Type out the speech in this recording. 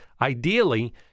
ideally